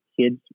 kids